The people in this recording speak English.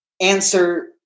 answer